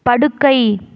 படுக்கை